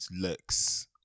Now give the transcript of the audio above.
looks